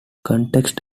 context